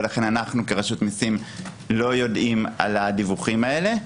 ולכן אנחנו ברשות המסים לא יודעים על הדיווחים האלה.